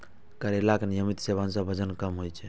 करैलाक नियमित सेवन सं वजन कम होइ छै